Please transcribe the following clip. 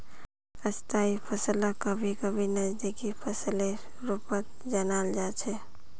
स्थायी फसलक कभी कभी नकदी फसलेर रूपत जानाल जा छेक